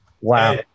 Wow